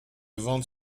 ventes